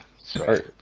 sorry